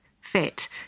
fit